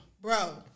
bro